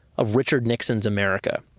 of richard nixon's america.